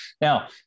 Now